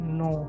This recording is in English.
no